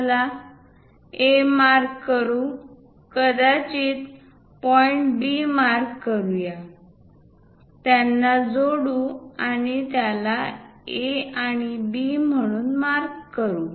चला A mark करू कदाचित पॉईंट B मार्क करू या त्यांना जोडू आणि त्याला A आणि B म्हणून मार्क करू